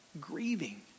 grieving